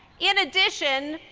in addition,